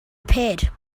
appeared